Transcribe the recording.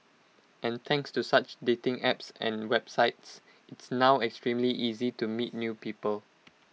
and thanks to such dating apps and websites it's now extremely easy to meet new people